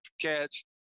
catch